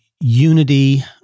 unity